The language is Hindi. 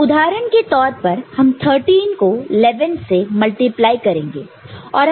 तो उदाहरण के तौर पर हम 13 को 11 से मल्टीप्लाई करेंगे